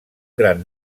gran